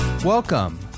Welcome